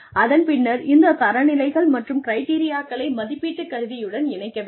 அதன் பின்னர் இந்த தரநிலைகள் மற்றும் கிரிட்டெரியாக்களை மதிப்பீட்டுக் கருவியுடன் இணைக்க வேண்டும்